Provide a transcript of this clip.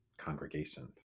Congregations